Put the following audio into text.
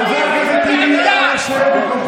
חבר הכנסת גנאים, נא לצאת מהאולם.